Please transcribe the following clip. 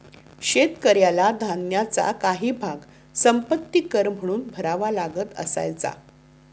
शेतकऱ्याला धान्याचा काही भाग संपत्ति कर म्हणून भरावा लागत असायचा